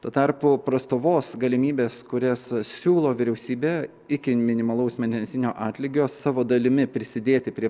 tuo tarpu prastovos galimybės kurias siūlo vyriausybė iki minimalaus mėnesinio atlygio savo dalimi prisidėti prie